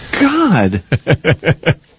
God